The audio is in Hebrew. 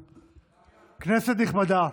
הצעות מס' 1119,